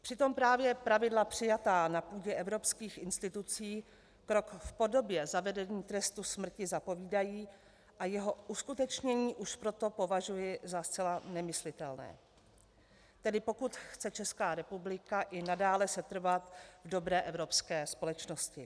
Přitom právě pravidla přijatá na půdě evropských institucí krok v podobě zavedení trestu smrti zapovídají, a jeho uskutečnění už proto považuji za zcela nemyslitelné, tedy pokud chce ČR i nadále setrvat v dobré evropské společnosti.